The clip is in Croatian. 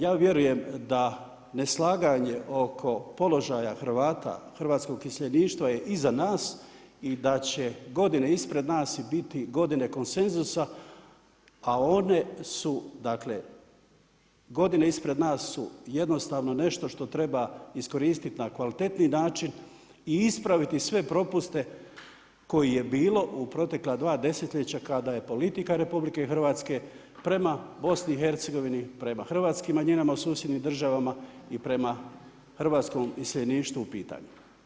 Ja vjerujem da neslaganje oko položaja Hrvata, hrvatskog iseljeništva je iza nas i da će godine ispred nas biti godine konsenzusa, a one su, dakle godine ispred nas su jednostavno nešto što treba iskoristiti na kvalitetniji način i ispraviti sve propuste kojih je bilo u protekla dva desetljeća kada je politika Republike Hrvatske prema Bosni i Hercegovini, prema hrvatskim manjinama u susjednim državama i prema Hrvatskom iseljeništvu u pitanju.